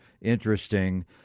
interesting